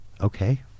okay